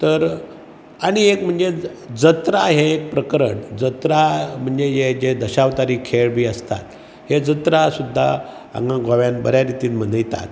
तर आनी एक म्हणजे जात्रा हें एक प्रकरण जत्रा म्हणजे हे जे दशअवतारी खेळ बी आसता हे जात्रा सुद्दां हांगा गोंयान बऱ्या रितीन मनयतात